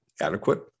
adequate